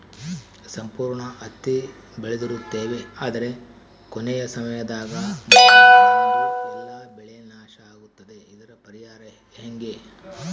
ಸಂಪೂರ್ಣ ಹತ್ತಿ ಬೆಳೆದಿರುತ್ತೇವೆ ಆದರೆ ಕೊನೆಯ ಸಮಯದಾಗ ಮಳೆ ಬಂದು ಎಲ್ಲಾ ಬೆಳೆ ನಾಶ ಆಗುತ್ತದೆ ಇದರ ಪರಿಹಾರ ಹೆಂಗೆ?